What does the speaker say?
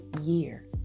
year